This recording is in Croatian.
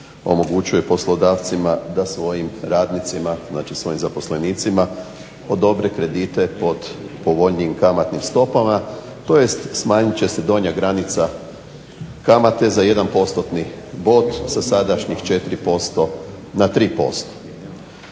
omogućuje poslodavcima da svojim radnicima, zaposlenicima odobri kredite po povoljnijim kamatnim stopama, tj. Smanjiti će se donja granica kamate za jedan bod, sa sadašnjih 4% na 3%.